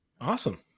awesome